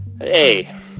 Hey